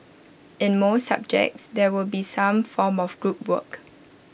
in most subjects there will be some form of group work